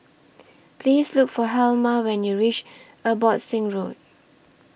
Please Look For Helma when YOU REACH Abbotsingh Road